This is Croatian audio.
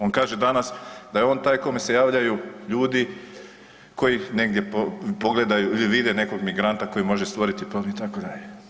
On kaže danas da je on taj kome se javljaju ljudi koji negdje pogledaju ili vide nekog migranta koji može stvoriti … itd.